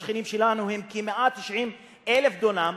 השכנים שלנו, שהוא כ-190,000 דונם.